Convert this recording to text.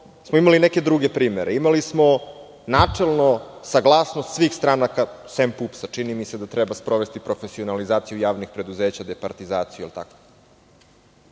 smo imali neke druge primere. Imali smo načelno saglasnost svih stranaka, sem PUPS čini mi se, da treba sprovesti profesionalizaciju javnih preduzeća, departizaciju, da li je tako?